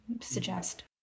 suggest